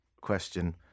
question